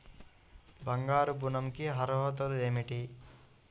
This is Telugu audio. బంగారు ఋణం కి అర్హతలు ఏమిటీ?